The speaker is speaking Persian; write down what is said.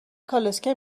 کالسکه